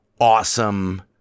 awesome